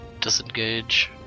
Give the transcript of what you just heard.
disengage